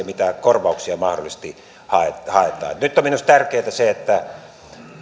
mitä korvauksia mahdollisesti haetaan haetaan nyt on minusta tärkeää se että